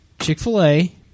Chick-fil-A